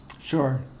Sure